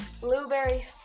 Blueberry